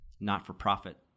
not-for-profit